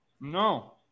No